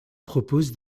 proposent